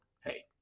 hey